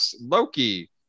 Loki